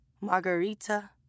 Margarita